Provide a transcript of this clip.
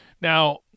Now